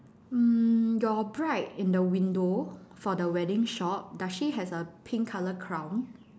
mm your bride in the window for the wedding shop does she has a pink colour crown